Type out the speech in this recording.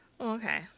Okay